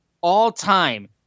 all-time